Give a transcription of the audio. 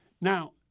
Now